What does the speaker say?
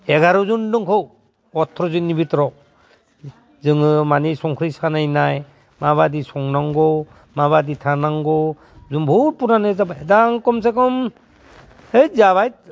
एगार'जन जोंखौ अथ्र'जननि भितराव जोङो माने संख्रि सालायनाय माबादि संनांगौ माबादि थानांगौ जों बहुद पुराना जाबाय दा आं कमसेकम हैथ जाबाय